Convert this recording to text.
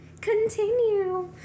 Continue